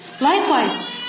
Likewise